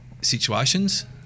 situations